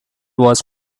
was